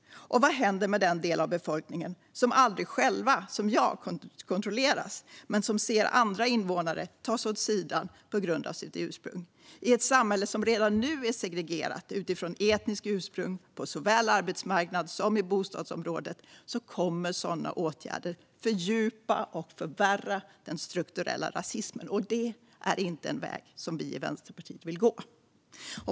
Och vad händer med den del av befolkningen, till exempel jag själv, som aldrig kontrolleras men som ser andra invånare tas åt sidan på grund av sitt ursprung? I ett samhälle som redan nu är segregerat utifrån etniskt ursprung på såväl arbetsmarknad som i bostadsområden kommer sådana åtgärder att fördjupa och förvärra den strukturella rasismen. Det är inte en väg som vi i Vänsterpartiet vill gå.